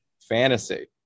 Fantasy